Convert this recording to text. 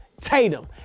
Tatum